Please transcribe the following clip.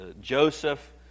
Joseph